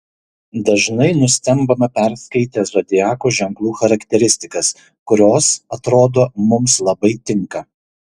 dažnai nustembame perskaitę zodiako ženklų charakteristikas kurios atrodo mums labai tinka